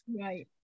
right